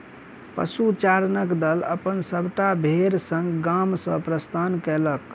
पशुचारणक दल अपन सभटा भेड़ संग गाम सॅ प्रस्थान कएलक